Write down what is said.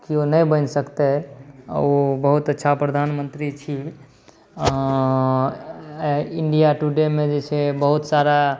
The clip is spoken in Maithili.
किओ नहि बनि सकतै ओ बहुत अच्छा प्रधानमन्त्री छी इण्डिया टुडेमे जे छै बहुत सारा